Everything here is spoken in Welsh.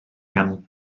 gan